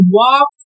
walk